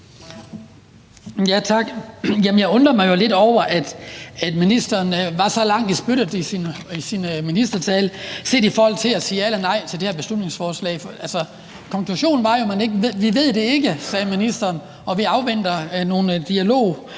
Jeg undrer mig jo lidt over, at ministeren var så lang i spyttet i sin ministertale set i forhold til at sige ja eller nej til det her beslutningsforslag. Konklusionen var jo: »Vi ved det ikke«, sagde ministeren, »og vi afventer nogle dialogmøder